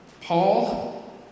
Paul